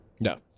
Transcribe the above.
No